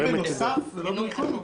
אפשר בנוסף ולא במקום?